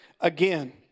again